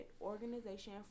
organization